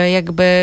Jakby